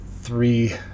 three